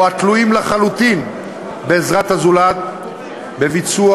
או התלויים לחלוטין בעזרת הזולת בביצוע